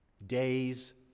Days